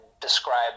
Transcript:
describe